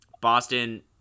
Boston